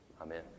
Amen